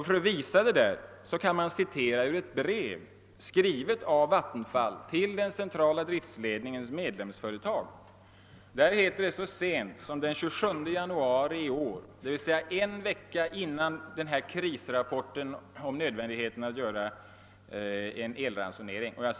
För att visa detta kan jag åberopa ett brev från Vattenfall till den centrala driftledningens medlemsföretag så sent som den 27 januari i år, d.v.s. en vecka innan denna krisrapport om nödvändigheten av att genomföra en elransonering framlades.